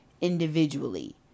individually